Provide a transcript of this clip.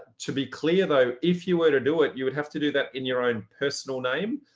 to be clear, though, if you were to do it, you would have to do that in your own personal name.